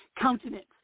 countenance